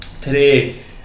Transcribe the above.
today